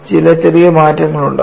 ചില ചെറിയ മാറ്റങ്ങളുണ്ടാകും